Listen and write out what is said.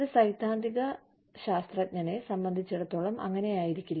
ഒരു സൈദ്ധാന്തിക ശാസ്ത്രജ്ഞനെ സംബന്ധിച്ചിടത്തോളം അങ്ങനെയായിരിക്കില്ല